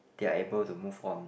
they're able to move on